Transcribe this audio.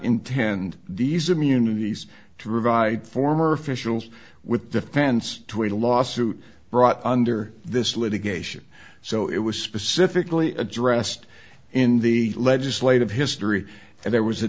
intend these immunities to provide former officials with the fans to a lawsuit brought under this litigation so it was specifically addressed in the legislative history and there was a